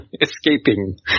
escaping